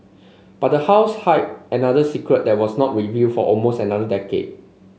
but the house hid another secret that was not revealed for almost another decade